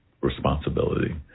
responsibility